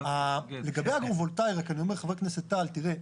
לגבי אגרו-וולטאי, חבר הכנסת טל, תראה,